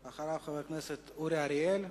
אחריו, חברי הכנסת אורי אריאל,